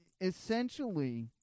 essentially